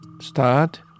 start